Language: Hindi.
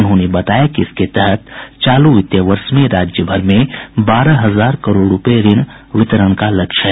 उन्होंने बताया कि इसके तहत चालू वित्तीय वर्ष में राज्यभर में बारह हजार करोड़ रूपये ऋण वितरण का लक्ष्य है